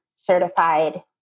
certified